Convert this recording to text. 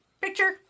picture